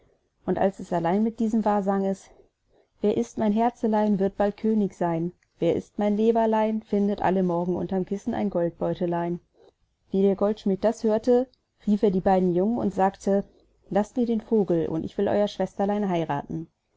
und als es allein mit diesem war sang es wer ißt mein herzlein wird bald könig seyn wer ißt mein leberlein findet alle morgen unterm kissen ein goldbeutlein wie der goldschmidt das hörte rief er die beiden jungen und sagte laßt mir den vogel und ich will euer schwesterlein heirathen